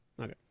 Okay